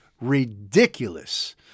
ridiculous